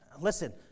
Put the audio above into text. Listen